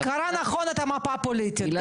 קרא נכון את המפה הפוליטית.